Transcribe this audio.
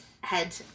head